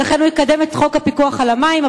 ולכן הוא יקדם את חוק הפיקוח על המים.